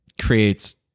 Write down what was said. creates